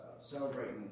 celebrating